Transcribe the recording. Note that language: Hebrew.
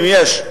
אם יש,